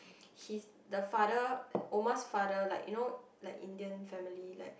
he the father Omar's father like you know like Indian family like